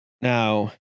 Now